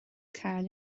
cáil